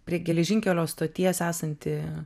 prie geležinkelio stoties esanti